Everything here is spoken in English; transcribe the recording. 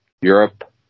Europe